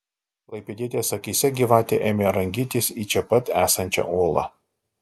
klaipėdietės akyse gyvatė ėmė rangytis į čia pat esančią olą